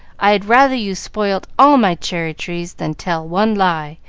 i had rather you spoilt all my cherry trees than tell one lie!